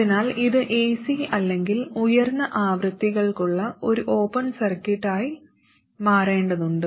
അതിനാൽ ഇത് ac അല്ലെങ്കിൽ ഉയർന്ന ആവൃത്തികൾക്കുള്ള ഒരു ഓപ്പൺ സർക്യൂട്ടായി മാറേണ്ടതുണ്ട്